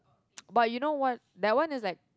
but you know what that one is like